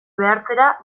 behartzera